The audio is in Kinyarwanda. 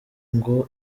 ngo